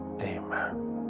amen